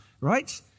right